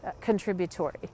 contributory